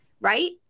right